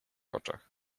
oczach